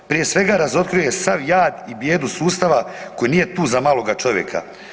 Prije svega razotkrio je sav jad i bijedu sustava koji nije tu za maloga čovjeka.